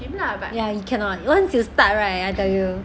ya you cannot you once you start right I tell you